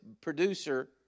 producer